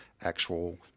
actual